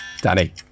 Danny